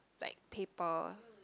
like paper